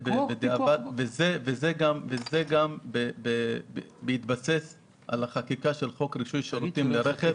זה גם בהתבסס על החקיקה של חוק רישוי שירותים לרכב,